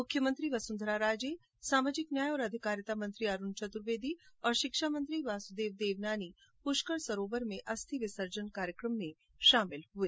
मुख्यमंत्री वसुंधरा राजे सामाजिक न्याय और अधिकारिता मंत्री अरूण चतुर्वेदी शिक्षा मंत्री वासुदेव देवनानी पुष्कर सरोवर में अस्थि विसर्जन कार्यकम में शामिल हुए